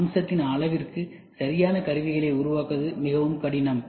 அம்சத்தின் அளவிற்கு சரியாக கருவிகளை உருவாக்குவது மிகவும் கடினம்